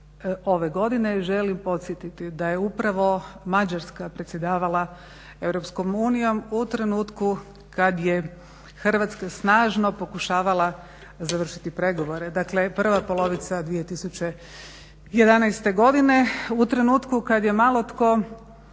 ove godine. želim podsjetiti da je upravo Mađarska predsjedavala EU u trenutku kada je Hrvatska snažno pokušavala završiti pregovore. Dakle prva polovica 2011.godine u trenutku kada je malo tko